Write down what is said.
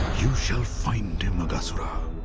you shall find him, aghasura,